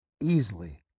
easily